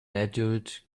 adult